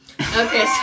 Okay